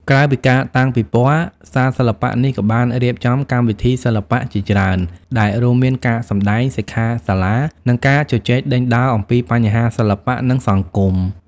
ក្រៅពីការតាំងពិពណ៌ សាលសិល្បៈនេះក៏បានរៀបចំកម្មវិធីសិល្បៈជាច្រើន ដែលរួមមានការសម្តែង សិក្ខាសាលា និងការជជែកដេញដោលអំពីបញ្ហាសិល្បៈ និងសង្គម។